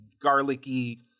garlicky